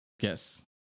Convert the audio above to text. Yes